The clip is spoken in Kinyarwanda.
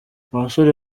abasore